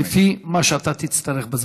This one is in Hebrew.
לפי מה שאתה תצטרך.